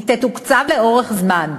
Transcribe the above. היא תתוקצב לאורך זמן,